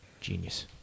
Genius